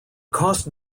cost